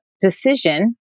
decision